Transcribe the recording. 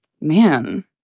Man